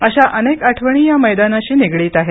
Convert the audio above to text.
अशा अनेक आठवणी या मैदानाशी निगडित आहेत